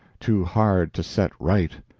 too hard to set right.